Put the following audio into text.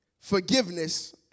forgiveness